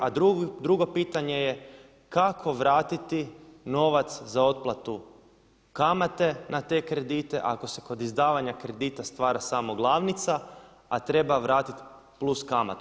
A drugo pitanje je kako vratiti novac za otplatu kamate na te kredite ako se kod izdavanja kredita stvara samo glavnica a treba vratiti plus kamatu?